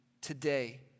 today